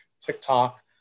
TikTok